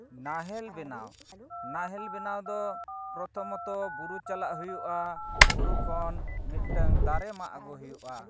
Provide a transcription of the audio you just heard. ᱱᱟᱦᱮᱞ ᱵᱮᱱᱟᱣ ᱱᱟᱦᱮᱞ ᱵᱮᱱᱟᱣ ᱫᱚ ᱯᱨᱚᱛᱷᱚᱢᱚᱛᱚ ᱵᱩᱨᱩ ᱪᱟᱞᱟᱜ ᱦᱩᱭᱩᱜᱼᱟ ᱵᱩᱨᱩ ᱠᱷᱚᱱ ᱢᱤᱫᱴᱟᱝ ᱫᱟᱨᱮ ᱢᱟᱜ ᱟᱹᱜᱩᱭ ᱦᱩᱭᱩᱜᱼᱟ